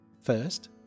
First